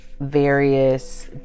various